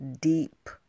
deep